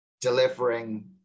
delivering